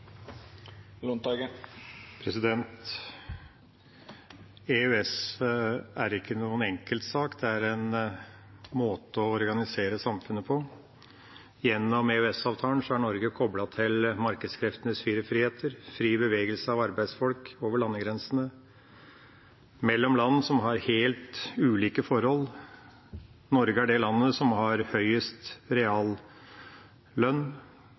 EØS er ikke noen enkeltsak, det er en måte å organisere samfunnet på. Gjennom EØS-avtalen er Norge koblet til markedskreftenes fire friheter, fri bevegelse av arbeidsfolk over landegrensene mellom land som har helt ulike forhold. Norge er det landet som har høyest